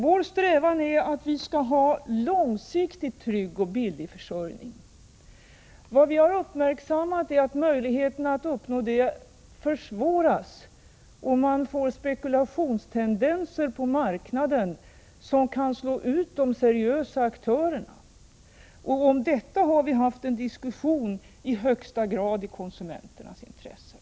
Vår strävan är att vi skall ha långsiktigt trygg och billig försörjning. Vi har uppmärksammat att möjligheterna att nå det målet försvåras, om man får spekulationstendenser på marknaden som kan slå ut de seriösa aktörerna. Vi har haft en diskussion om detta som i högsta grad har varit i konsumenternas intresse.